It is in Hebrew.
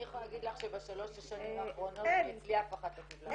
אני יכולה להגיד לך שבשלוש השנים האחרונות אצלי אף אחת לא קיבלה.